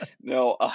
No